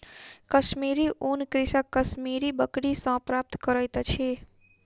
कश्मीरी ऊन कृषक कश्मीरी बकरी सॅ प्राप्त करैत अछि